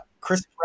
Chris